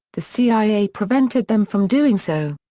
the cia prevented them from doing so.